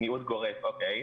מיעוט גורף, אוקיי.